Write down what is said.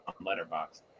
letterbox